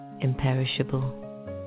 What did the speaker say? imperishable